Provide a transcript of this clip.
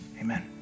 amen